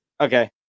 Okay